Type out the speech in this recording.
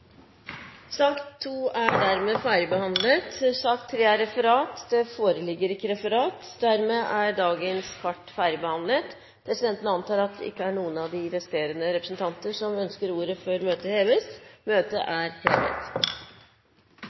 Dermed er sak nr. 2 ferdigbehandlet. Det foreligger ikke noe referat. Dermed er dagens kart ferdigbehandlet. Presidenten antar at det ikke er noen av de resterende representanter i salen som ønsker ordet før møtet heves. – Møtet er hevet.